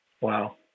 wow